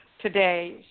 today